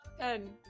ten